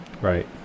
Right